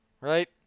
right